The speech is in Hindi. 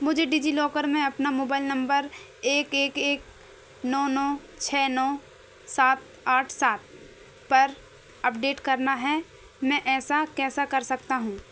मुझे डिजिलॉकर में अपना मोबाइल नम्बर एक एक एक नौ नौ छः नौ सात आठ सात पर अपडेट करना है मैं ऐसा कैसा कर सकता हूँ